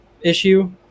issue